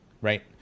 right